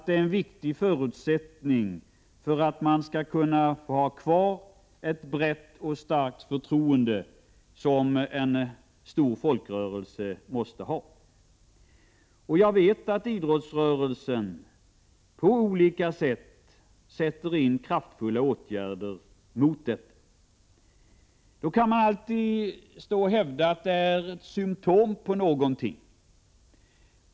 Det är en viktig förutsättning för att idrotten skall kunna ha kvar ett brett och starkt förtroende, som en stor folkrörelse måste ha. Och jag vet att idrottsrörelsen på olika sätt vidtar kraftfulla åtgärder mot doping. Då kan det alltid hävdas att det är symtom på någonting.